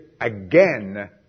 again